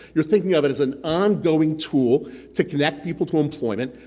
you're thinking of it as an ongoing tool to connect people to employment,